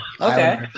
okay